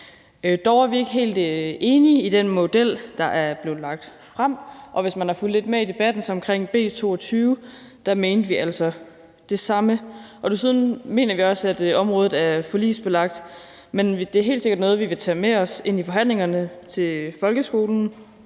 Dog er vi ikke helt enige i den model, der er blevet lagt frem. Hvis man har fulgt lidt med i debatten omkring B 22, vil man vide, at der mente vi altså det samme. Desuden mener vi også, at området er forligsbelagt, men det er helt sikkert noget, vi vil tage med os ind til forhandlingerne om folkeskolen,